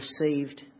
received